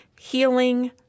healing